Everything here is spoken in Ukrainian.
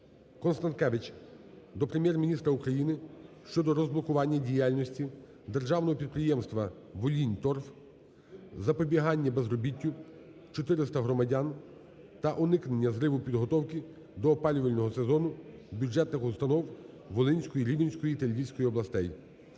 Констанкевич до Прем'єр-міністра України щодо розблокування діяльності державного підприємства "Волиньторф", запобігання безробіттю 400 громадян та уникнення зриву підготовки до опалювального сезону бюджетних установ Волинської, Рівненської та Львівської областей.